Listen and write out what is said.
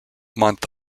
month